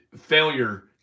Failure